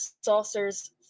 saucers